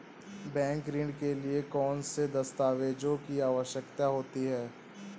Bank ऋण के लिए कौन से दस्तावेजों की आवश्यकता है?